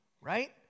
right